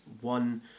one